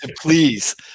please